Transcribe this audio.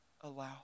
allow